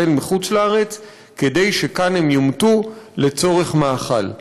כדי שכאן הם יומתו לצורך מאכל.